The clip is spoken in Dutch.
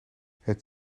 het